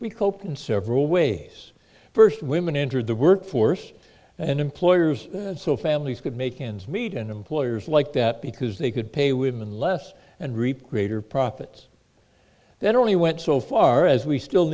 we coped in several ways first women entered the workforce and employers and so families could make ends meet and employers like that because they could pay women less and reap greater profits that only went so far as we still